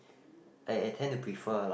I~ I tend to prefer